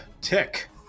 tick